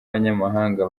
abanyamahanga